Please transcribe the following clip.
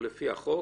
או לפי החוק